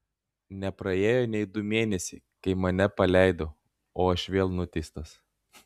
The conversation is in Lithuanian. nepraėjo nei du mėnesiai kai mane paleido o aš vėl nuteistas